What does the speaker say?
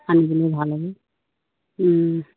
আনিবলৈ ভাল হ'ব